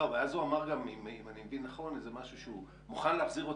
ואז הוא אמר גם אם אני מבין נכון משהו שהוא מוכן להחזיר אותם,